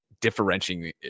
differentiating